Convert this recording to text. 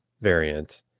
variant